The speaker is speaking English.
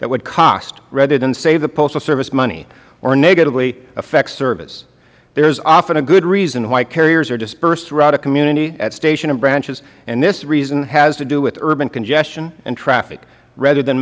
that would cost rather than save the postal service money or negatively affect service there is often a good reason why carriers are disbursed throughout a community at stations and branches and this reason has to do with urban congestion and traffic rather than